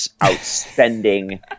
outspending